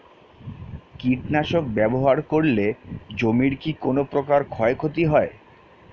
কীটনাশক ব্যাবহার করলে জমির কী কোন প্রকার ক্ষয় ক্ষতি হয়?